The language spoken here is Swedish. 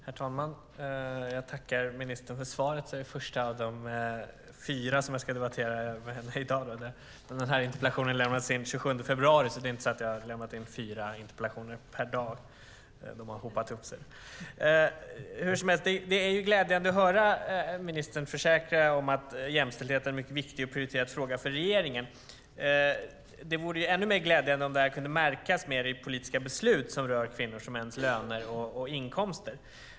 Herr talman! Jag tackar ministern för svaret. Detta är den första av fyra interpellationsdebatter jag har med arbetsmarknadsministern i dag. Den här interpellationen lämnades in den 27 februari. Det är inte så att jag har lämnat in fyra interpellationer per dag, utan de har hopat sig. Det är glädjande att höra ministern försäkra att "jämställdhet är en mycket viktig och prioriterad fråga för regeringen". Det vore ännu mer glädjande om detta kunde märkas mer i politiska beslut som rör kvinnors och mäns löner och inkomster.